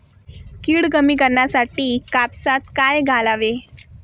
कीड कमी करण्यासाठी कापसात काय घालावे?